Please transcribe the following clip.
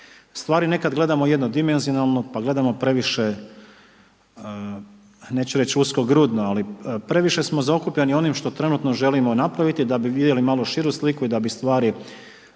stvari nekada gledamo jednodimenzionalno, pa gledamo previše neću reći usko grudno, ali previše smo zaokupljenim onim što trenutno želimo napraviti, da bi vidjeli malo širu sliku i da bi stvari podigli